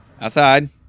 Outside